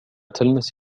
تلمس